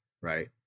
right